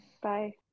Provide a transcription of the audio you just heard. Bye